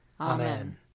Amen